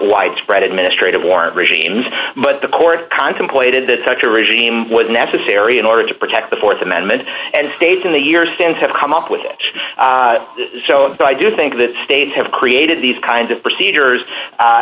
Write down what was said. widespread administrative warrant regimes but the court contemplated that such a regime was necessary in order to protect the th amendment and states in the years since have come up with it so i do think that states have created these kinds of procedures